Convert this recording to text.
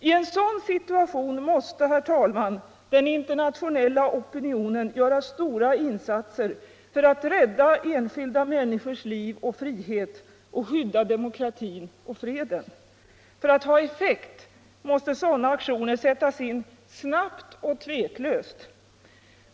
I en sådan situation måste, herr talman, den internationelta opinionen göra stora insatser för att rädda enskilda människors liv och frihet och skydda demokratin och freden. För att ha effekt måste sådana aktioner sättas in snabbt och tveklöst.